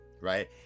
right